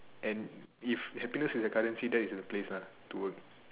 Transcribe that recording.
and if happiness is a colour sheet that is the place to work